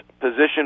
position